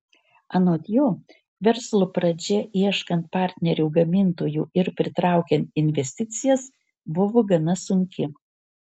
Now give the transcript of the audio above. anot jo verslo pradžia ieškant partnerių gamintojų ir pritraukiant investicijas buvo gana sunki